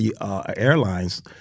airlines